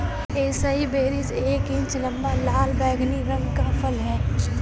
acai berries एक inch लंबा, लाल बैंगनी रंग का फल है